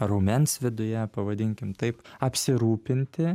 raumens viduje pavadinkim taip apsirūpinti